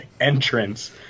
entrance